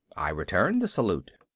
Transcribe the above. i returned the salute.